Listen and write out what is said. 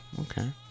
Okay